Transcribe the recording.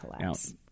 collapse